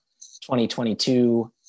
2022